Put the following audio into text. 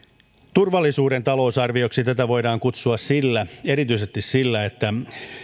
turvallisuuden talousarvioksi tätä voidaan kutsua erityisesti siksi että